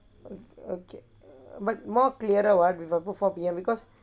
okay but more clearer what if I put four P_M because